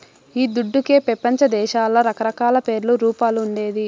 ఈ దుడ్డుకే పెపంచదేశాల్ల రకరకాల పేర్లు, రూపాలు ఉండేది